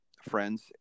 friends